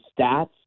stats